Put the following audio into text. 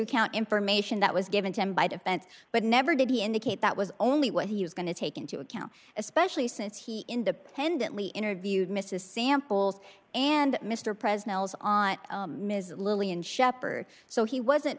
account information that was given to him by defense but never did he indicate that was only what he was going to take into account especially since he independently interviewed mrs samples and mr president on ms lilly and shepherd so he wasn't